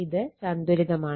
ഇത് സന്തുലിതമാണ്